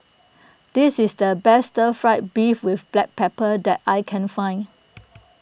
this is the best Stir Fried Beef with Black Pepper that I can find